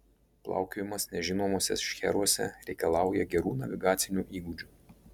plaukiojimas nežinomuose šcheruose reikalauja gerų navigacinių įgūdžių